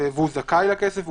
הוא זכאי לכסף.